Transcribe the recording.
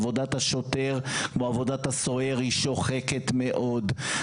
עבודת השוטר, כמו עבודת הסוהר, היא שוחקת מאוד.